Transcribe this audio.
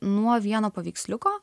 nuo vieno paveiksliuko